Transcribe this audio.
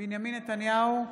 בנימין נתניהו,